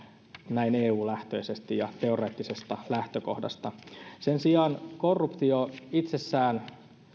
näin eu lähtöisesti ja teoreettisesta lähtökohdasta sen sijaan korruptio itsessään